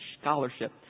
scholarship